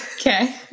Okay